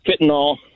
fentanyl